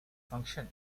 function